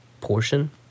portion